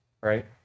Right